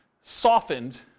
softened